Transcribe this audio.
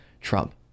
Trump